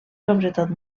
sobretot